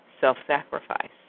self-sacrifice